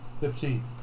Fifteen